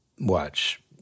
watch